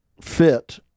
fit